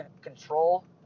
control